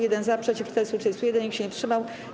1 - za, przeciw - 431, nikt się nie wstrzymał.